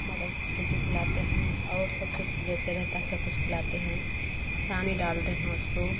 मटर के छिलके खिलाते हैं और सब कुछ जैसे रहता सब कुछ खिलाते हैं सानी डालते हैं उसको